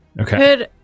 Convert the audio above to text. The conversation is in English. Okay